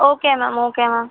okay ma'am okay ma'am